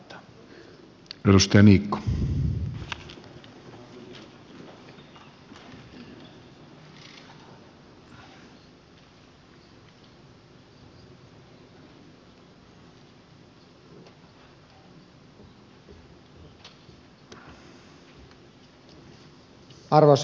arvoisa puhemies